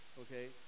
Okay